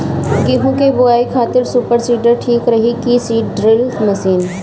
गेहूँ की बोआई खातिर सुपर सीडर ठीक रही की सीड ड्रिल मशीन?